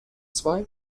zwei